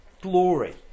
glory